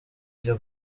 ryo